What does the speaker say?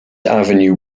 avenue